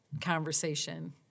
conversation